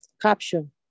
Caption